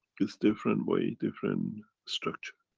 it's different way, different structure.